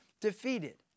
defeated